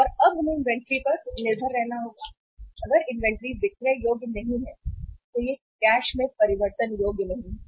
और अब हमें इन्वेंट्री पर निर्भर रहना होगा और अगर इन्वेंट्री बिक्री योग्य नहीं है तो यह कैश में परिवर्तन योग्य नहीं है